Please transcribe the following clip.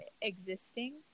Existing